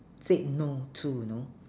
said no to you know